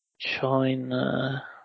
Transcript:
China